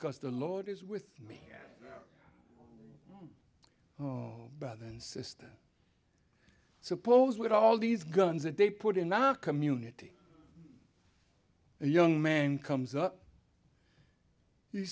because the lord is with me oh brother and sister suppose with all these guns that they put in our community and the young man comes up he